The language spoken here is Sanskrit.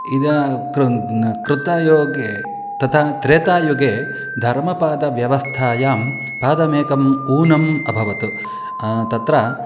इदानीं कृतं तथा त्रेतायुगे धर्मपादव्यवस्थायां पादमेकम् उन्नतम् अभवत् तत्र